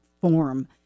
form